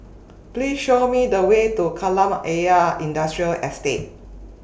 Please Show Me The Way to Kolam Ayer Industrial Estate